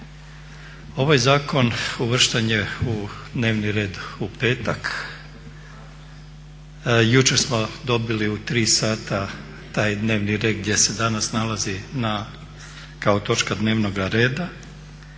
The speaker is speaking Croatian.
Ovaj zakon uvršten je u dnevni red u petak. Jučer smo dobili u 15 sata taj dnevni red gdje se danas nalazi kao točka dnevnoga reda.